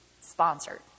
sponsored